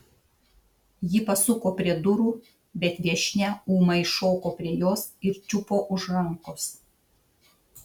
ji pasuko prie durų bet viešnia ūmai šoko prie jos ir čiupo už rankos